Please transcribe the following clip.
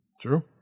True